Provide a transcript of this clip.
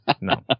No